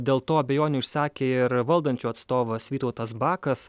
dėl to abejonių išsakė ir valdančių atstovas vytautas bakas